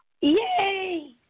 Yay